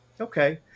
Okay